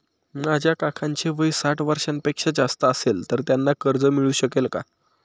माझ्या काकांचे वय साठ वर्षांपेक्षा जास्त असेल तर त्यांना कर्ज मिळू शकेल का?